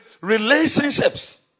relationships